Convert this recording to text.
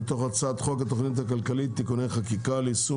מתוך הצעת חוק התכנית הכלכלית (תיקוני חקיקה ליישום